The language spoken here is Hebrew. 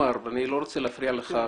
ואני לא רוצה להפריע לך,